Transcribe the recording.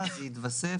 אתה יכול לקרוא לי מיכל.